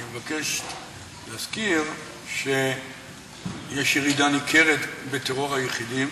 אני מבקש להזכיר שיש ירידה ניכרת בטרור היחידים